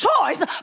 choice